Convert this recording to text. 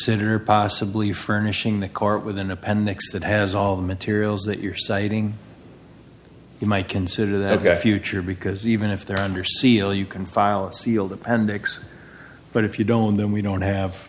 er possibly furnishing the court with an appendix that has all the materials that you're citing you might consider that future because even if they're under seal you can file a sealed appendix but if you don't then we don't have